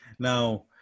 now